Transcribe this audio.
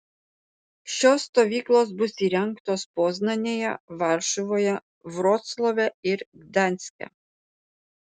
šios stovyklos bus įrengtos poznanėje varšuvoje vroclave ir gdanske